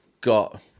got